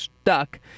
stuck